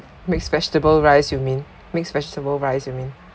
mixed vegetable rice you mean mixed vegetable rice you mean